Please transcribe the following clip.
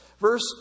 Verse